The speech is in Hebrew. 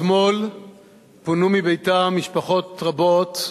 אתמול פונו מביתן משפחות רבות,